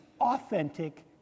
authentic